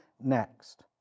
next